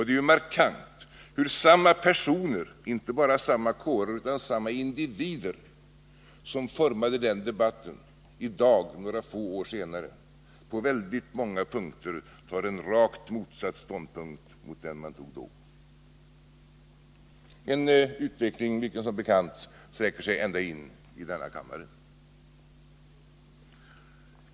Det är ju markant hur samma personer, inte bara samma kårer utan samma individer som formade den debatten, i dag, några få år senare, på synnerligen många punkter tar en rakt motsatt ståndpunkt mot den tidigare — en utveckling vilken, som bekant, gjort sig gällande ända in i denna kammare.